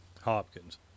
Hopkins